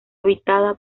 habitada